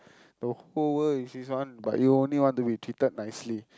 the whole world is this one but you only want to be treated nicely